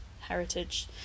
heritage